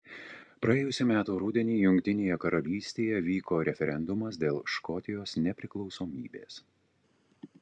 praėjusių metų rudenį jungtinėje karalystėje vyko referendumas dėl škotijos nepriklausomybės